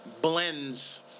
blends